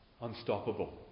unstoppable